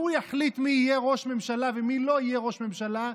שהוא יחליט מי יהיה ראש ממשלה ומי לא יהיה ראש ממשלה,